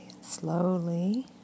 slowly